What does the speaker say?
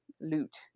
loot